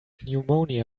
pneumonia